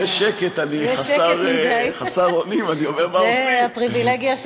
כשיש שקט אני חסר אונים, שקט מדי.